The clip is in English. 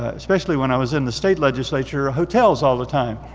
especially when i was in the state legislature, hotels all the time.